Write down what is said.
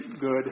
good